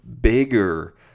bigger